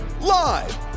live